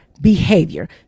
behavior